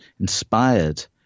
inspired